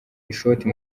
ishoti